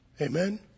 Amen